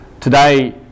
today